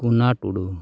ᱠᱩᱢᱟ ᱴᱩᱰᱩ